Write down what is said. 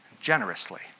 generously